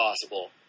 possible